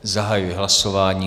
Zahajuji hlasování.